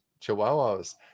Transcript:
Chihuahuas